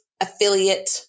affiliate